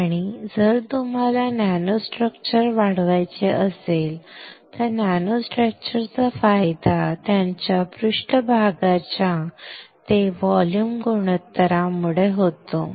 आणि जर तुम्हाला नॅनो स्ट्रक्चर वाढवायचे असेल तर नॅनो स्ट्रक्चर चा फायदा त्यांच्या पृष्ठभागाच्या ते व्हॉल्यूम गुणोत्तरामुळे होतो